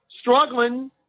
struggling